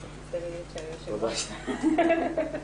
אנחנו נגיש בג"ץ בעניין.